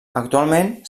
actualment